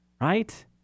right